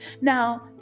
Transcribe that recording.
Now